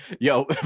yo